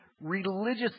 religious